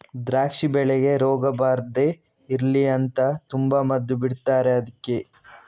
ದ್ರಾಕ್ಷಿ ಬೆಳೆಗೆ ರೋಗ ಬರ್ದೇ ಇರ್ಲಿ ಅಂತ ತುಂಬಾ ಮದ್ದು ಬಿಡ್ತಾರೆ ಅದ್ಕೆ